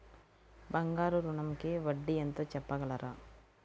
బంగారు ఋణంకి వడ్డీ ఎంతో చెప్పగలరా?